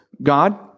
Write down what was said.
God